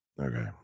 Okay